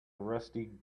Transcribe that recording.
rusty